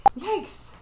yikes